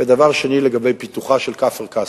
ודבר שני, לגבי פיתוחה של כפר-קאסם.